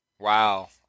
Wow